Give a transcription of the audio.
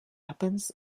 happens